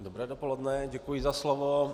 Dobré dopoledne, děkuji za slovo.